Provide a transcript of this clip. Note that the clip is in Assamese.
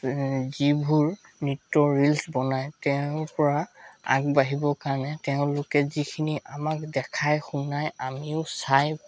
যিবোৰ নৃত্য ৰীল্ছ বনায় তেওঁৰ পৰা আগবাঢ়িবৰ কাৰণে তেওঁলোকে যিখিনি আমাক দেখায় শুনায় আমিও চাই